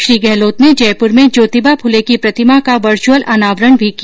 श्री गहलोत ने जयपुर में ज्योतिबा फूले की प्रतिमा का वर्चअल अनावरण भी किया